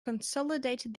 consolidated